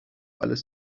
alles